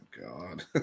God